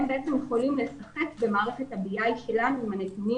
הם בעצם יכולים לשחק במערכת שלנו עם הנתונים